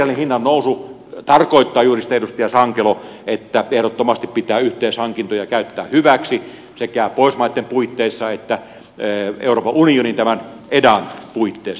materiaalin hinnannousu tarkoittaa juuri sitä edustaja sankelo että ehdottomasti pitää yhteishankintoja käyttää hyväksi sekä pohjoismaitten puitteissa että euroopan unionin tämän edan puitteissa